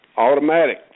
Automatic